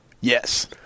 Yes